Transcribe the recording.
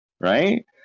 right